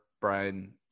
Brian